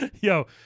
Yo